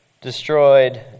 destroyed